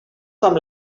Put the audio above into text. com